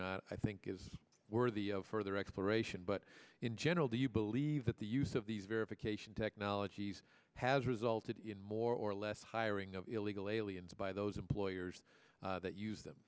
not i think is worthy of further exploration but in general do you believe that the use of these verification technologies has resulted in more or less hiring of illegal aliens by those employers that use them